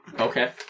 Okay